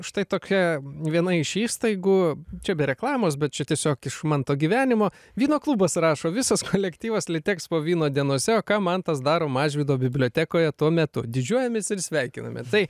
štai tokia viena iš įstaigų čia be reklamos bet čia tiesiog iš manto gyvenimo vyno klubas rašo visas kolektyvas litekspo vyno dienose o ką mantas daro mažvydo bibliotekoje tuo metu didžiuojamės ir sveikiname tai